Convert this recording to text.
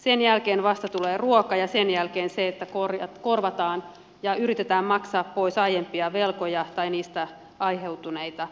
sen jälkeen vasta tulee ruoka ja sen jälkeen se että korvataan ja yritetään maksaa pois aiempia velkoja tai niistä aiheutuneita korkoja